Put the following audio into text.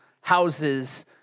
houses